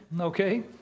Okay